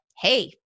hey